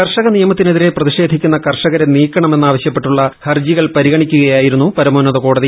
കർഷക നിയമത്തിനെതിരെ പ്രതിഷേധിക്കുന്ന കർഷകരെ നീക്കണം എന്നാവശ്യപ്പെട്ടുള്ള ഹർജികൾ പരിഗണിക്കുകയായിരുന്നു പരമോന്നത കോടതി